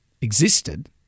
Existed